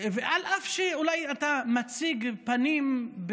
ואף שאולי אתה מציג פנים,